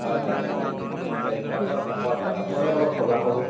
হয় হয় হয় নিশ্চয় নিশ্চয় আপোনাৰ হয় হয় আপোনালোকো অলপ সজাগ হ'ব